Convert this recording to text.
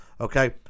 Okay